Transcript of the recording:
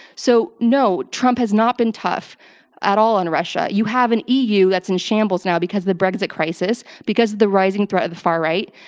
so, no, trump has not been tough at all on russia. you have an eu that's in shambles now because of the brexit crisis, because the rising threat of the far right,